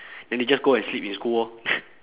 then they just go and sleep in school orh